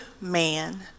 man